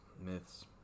myths